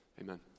amen